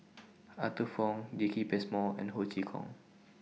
Arthur Fong Jacki Passmore and Ho Chee Kong